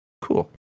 Cool